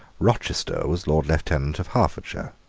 rochester was lord lieutenant of hertfordshire.